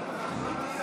63,